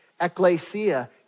Ecclesia